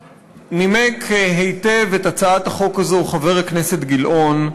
נימק היטב את הצעת החוק הזאת חבר הכנסת גילאון.